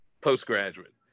postgraduate